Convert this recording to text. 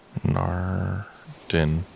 Nardin